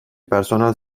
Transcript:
personel